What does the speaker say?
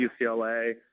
UCLA